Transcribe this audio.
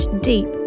deep